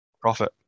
profit